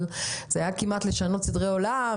אבל זה היה כמעט לשנות סדרי עולם.